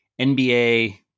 NBA